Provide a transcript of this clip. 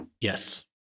Yes